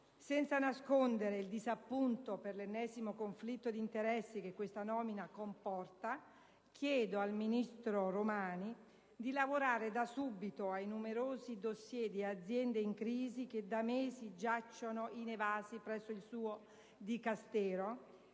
Senza nascondere il disappunto per l'ennesimo conflitto d'interessi che questa nomina comporta, chiedo al ministro Romani di lavorare da subito ai numerosi *dossier* di aziende in crisi che da mesi giacciono inevasi presso il suo Dicastero